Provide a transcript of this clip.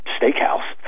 steakhouse